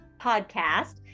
podcast